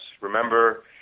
remember